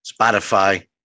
Spotify